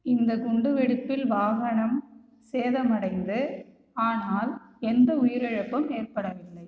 இந்தக் குண்டுவெடிப்பில் வாகனம் சேதமடைந்தது ஆனால் எந்த உயிரிழப்பும் ஏற்படவில்லை